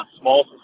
Small